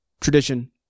tradition